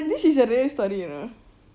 this is a real story you know